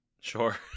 sure